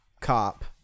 cop